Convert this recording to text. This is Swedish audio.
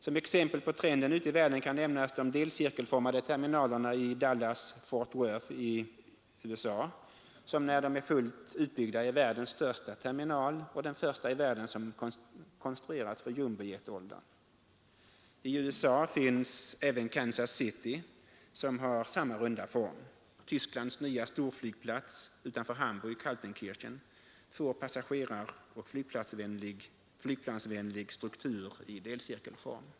Som exempel på trenden ute i världen kan nämnas de delcirkelformade terminalerna i Dallas Fort Worth i USA, som när de är fullt utbyggda är världens största terminal och den första i världen som konstruerats för jumbojetåldern. I USA finns även Kansas City vars terminal har samma runda form. Tysklands nya storflygplats utanför Hamburg, Kaltenkirchen, får passageraroch flygplansvänlig struktur i delcirkelform.